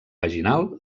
vaginal